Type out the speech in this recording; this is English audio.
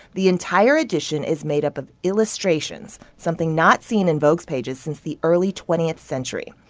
the entire edition is made up of illustrations something not seen in vogue's pages since the early twentieth century.